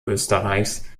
österreichs